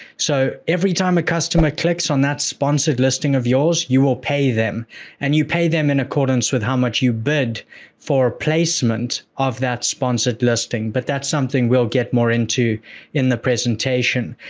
so, every time a customer clicks on that sponsored listing of yours, you will pay them and you pay them in accordance with how much you bid for placement of that sponsored listing, but that's something we'll get more into in the presentation.